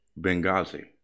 Benghazi